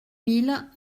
mille